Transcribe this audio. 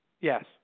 Yes